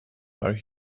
are